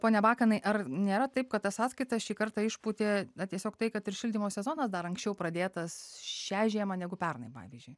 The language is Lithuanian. pone bakanai ar nėra taip kad tas sąskaitas šį kartą išpūtė tiesiog tai kad ir šildymo sezonas dar anksčiau pradėtas šią žiemą negu pernai pavyzdžiui